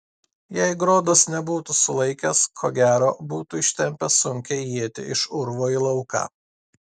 jei grodas nebūtų sulaikęs ko gero būtų ištempęs sunkią ietį iš urvo į lauką